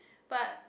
but